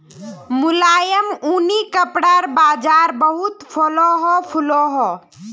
मुलायम ऊनि कपड़ार बाज़ार बहुत फलोहो फुलोहो